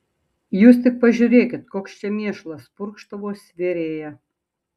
jūs tik pažiūrėkit koks čia mėšlas purkštavo svėrėja